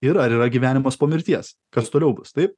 ir ar yra gyvenimas po mirties kas toliau bus tai